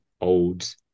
old